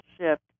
shift